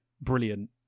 brilliant